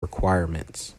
requirements